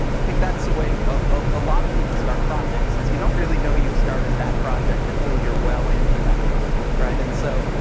i think that's the way a lot of people start projects is you don't really know you've started that project until you're well into that project. and so,